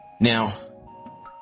Now